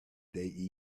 they